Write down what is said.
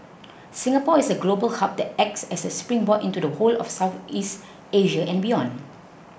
Singapore is a global hub that acts as a springboard into the whole of Southeast Asia and beyond